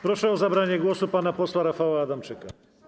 Proszę o zabranie głosu pana posła Rafała Adamczyka.